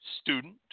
student